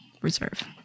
Reserve